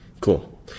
cool